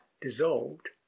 dissolved